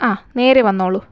അ നേരെ വന്നോളു